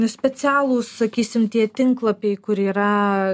specialūs sakysim tie tinklapiai kur yra